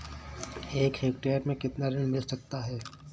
एक हेक्टेयर में कितना ऋण मिल सकता है?